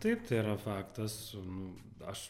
taip tai yra faktas nu aš